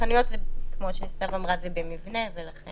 החנויות, כמו שסתיו אמרה, הן במבנה.